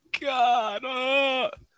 God